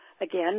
again